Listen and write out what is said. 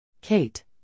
Kate